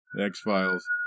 X-Files